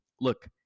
look